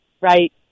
Right